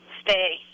stay